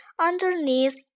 underneath